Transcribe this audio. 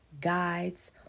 guides